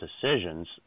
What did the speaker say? decisions